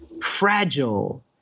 fragile